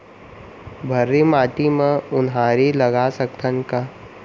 भर्री माटी म उनहारी लगा सकथन का?